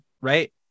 right